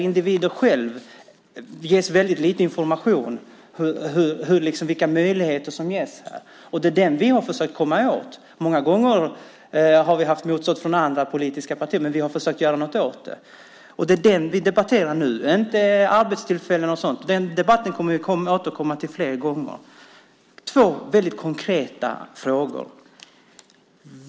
Individer ges väldigt lite information om vilka möjligheter som ges. Det är den vi har försökt komma åt. Många gånger har vi haft motstånd från andra politiska partier, men vi har försökt att göra något åt det. Det är det vi debatterar nu, inte arbetstillfällen och sådant. Den debatten kommer vi att återkomma till flera gånger. Det är två väldigt konkreta frågor.